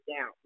down